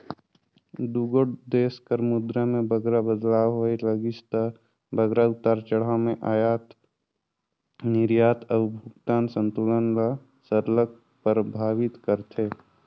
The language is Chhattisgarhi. दुगोट देस कर मुद्रा में बगरा बदलाव होए लगिस ता बगरा उतार चढ़ाव में अयात निरयात अउ भुगतान संतुलन ल सरलग परभावित करथे